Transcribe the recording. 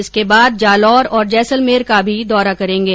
इसके बाद जालोर और जैसलमेर का भी दौरा करेंगे